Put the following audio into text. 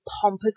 pompous